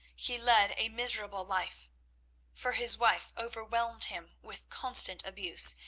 he led a miserable life for his wife overwhelmed him with constant abuse,